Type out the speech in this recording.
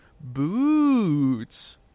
boots